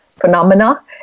phenomena